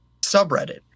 subreddit